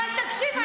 אבל תקשיב,